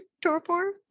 torpor